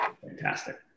fantastic